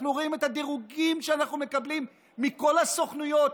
אנחנו רואים את הדירוגים שאנחנו מקבלים מכל הסוכנויות,